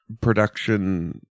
production